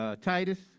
Titus